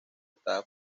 estaba